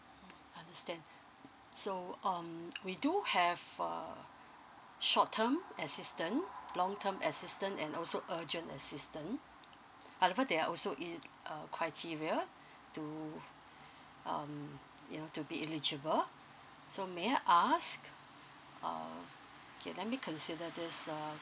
mm understand so um we do have err short term assistance long term assistance and also urgent assistance however there are also in uh criteria to um you know to be eligible so may I ask um okay let me consider this uh